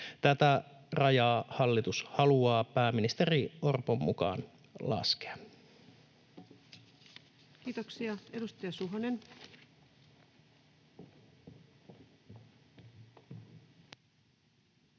Tätä rajaa hallitus haluaa pääministeri Orpon mukaan laskea. Kiitoksia. — Edustaja Suhonen. Kiitos,